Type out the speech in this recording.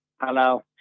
hello